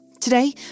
Today